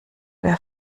wer